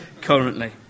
currently